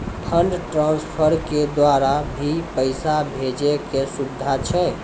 Fund transfer के द्वारा भी पैसा भेजै के सुविधा छै?